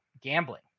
gambling